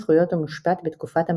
זכויות ומשפט בתקופת המנדט,